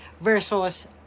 versus